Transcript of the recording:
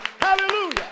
Hallelujah